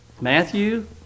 Matthew